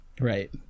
Right